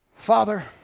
Father